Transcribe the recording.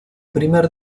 primer